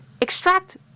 extract